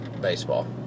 baseball